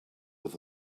with